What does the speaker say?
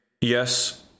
yes